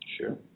Sure